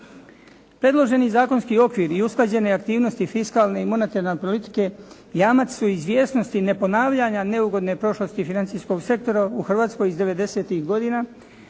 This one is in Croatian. Predloženi zakonski okvir i usklađene aktivnosti fiskalne i monetarne politike jamac su izvjesnosti neponavljanja neugodne prošlosti financijskog sektora u Hrvatskoj iz devedesetih